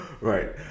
right